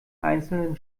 einzelnen